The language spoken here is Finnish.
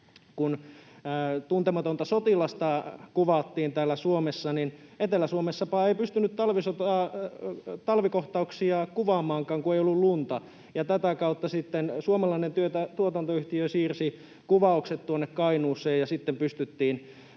kun Tuntematonta sotilasta kuvattiin täällä Suomessa. Etelä-Suomessapa ei pystynytkään kuvaamaan talvikohtauksia, kun ei ollut lunta, ja tätä kautta sitten suomalainen tuotantoyhtiö siirsi kuvaukset Kainuuseen, ja sitten pystyttiin